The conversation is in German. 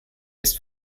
ist